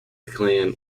clan